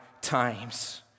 times